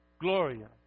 Gloria